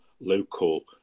local